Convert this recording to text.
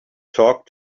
talk